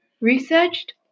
researched